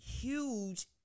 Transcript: Huge